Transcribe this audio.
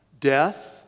death